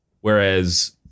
whereas